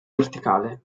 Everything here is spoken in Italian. verticale